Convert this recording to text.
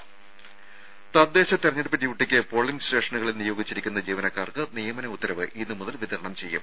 രും തദ്ദേശ തെരഞ്ഞെടുപ്പ് ഡ്യൂട്ടിക്ക് പോളിങ്ങ് സ്റ്റേഷനുകളിൽ നിയോഗിച്ചിരിക്കുന്ന ജീവനക്കാർക്ക് നിയമന ഉത്തരവ് ഇന്ന് മുതൽ വിതരണം ചെയ്യും